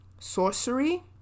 sorcery